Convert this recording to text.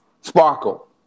Sparkle